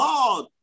Lord